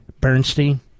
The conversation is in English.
Bernstein